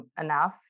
enough